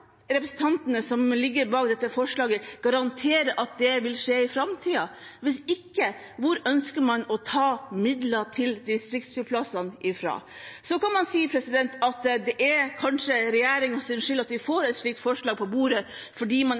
representantene som står bak dette forslaget, garantere at det vil skje i framtiden? Hvis ikke, hvor ønsker man å ta midler til distriktsflyplassene fra? Så kan man si at det er kanskje regjeringens skyld at vi får et slikt forslag på bordet, fordi man